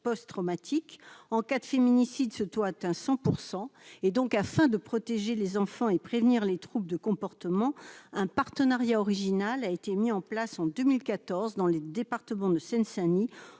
post-traumatique, en cas de féminicides, ce taux atteint 100 % et donc, afin de protéger les enfants et prévenir les troupes de comportement un partenariat original a été mis en place en 2014 dans les départements de Seine-Saint-Denis